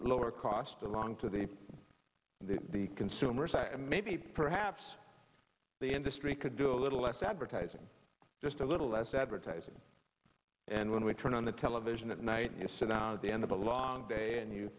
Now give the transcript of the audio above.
lower cost along to the the consumer side and maybe perhaps the industry could do a little less advertising just a little less advertising and when we turn on the television at night and sit down at the end of a long day and you